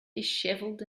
dishevelled